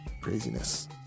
craziness